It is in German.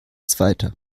zweiter